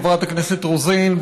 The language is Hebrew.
חברת הכנסת רוזין,